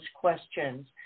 questions